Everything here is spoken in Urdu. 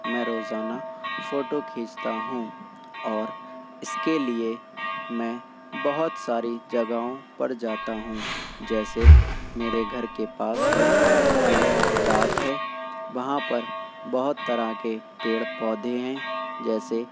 میں روزانہ فوٹو کھینچتا ہوں اور اس کے لیے میں بہت ساری جگہوں پر جاتا ہوں جیسے میرے گھر کے پاس میں ایک باغ ہے وہاں پر بہت طرح کے پیڑ پودے ہیں جیسے